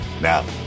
Now